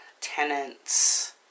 tenants